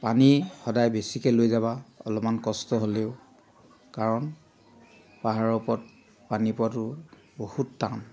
পানী সদায় বেছিকৈ লৈ যাবা অলপমান কষ্ট হ'লেও কাৰণ পাহাৰৰ ওপৰত পানী পোৱাটো বহুত টান